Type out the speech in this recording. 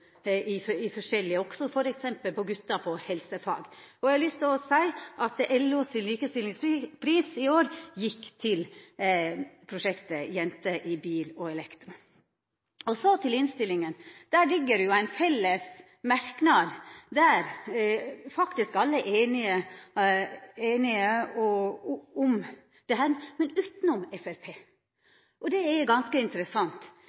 gutar . Eg har lyst til å seia at LO sin likestillingspris i år gjekk til prosjektet Jenter i bil og elektro. Så til innstillinga. Der ligg det ein felles merknad der faktisk alle er einige, utanom Framstegspartiet. Det er ganske interessant, for alle ønskjer at ein skal gjera noko og at ein skal få meir, men